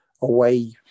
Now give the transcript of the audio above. away